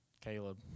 Caleb